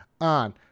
on